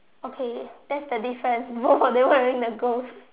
okay that's the difference both of them wearing the ghost